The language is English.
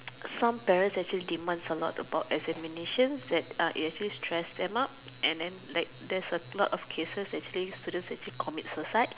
some parents actually demands a lot about examinations that it actually stress them out and then like there's a lot of cases actually where students commit suicide